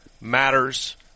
matters